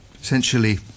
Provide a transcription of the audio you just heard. essentially